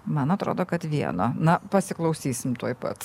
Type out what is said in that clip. man atrodo kad vieno na pasiklausysim tuoj pat